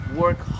work